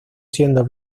siendo